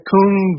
Kung